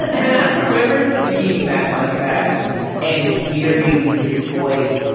i remember seeing that mustache and hearing his voice,